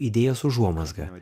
idėjos užuomazgą